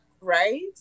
Right